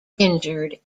injured